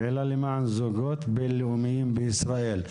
פעילה למען זוגות בין-לאומיים בישראל,